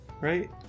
Right